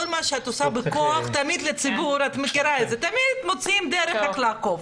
כל מה שאת עושה בכוח תמיד הציבור מוצאים דרך איך לעקוף.